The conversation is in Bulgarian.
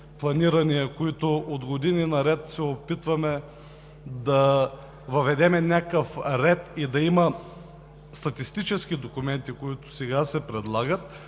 планирания, в които от години наред се опитваме да въведем някакъв ред и да има статистически документи, които сега се предлагат.